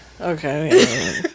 Okay